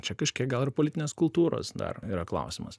čia kažkiek gal ir politinės kultūros dar yra klausimas